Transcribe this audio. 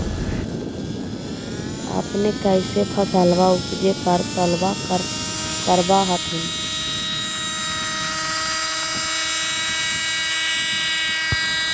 अपने कैसे फसलबा उपजे पर तौलबा करबा होत्थिन?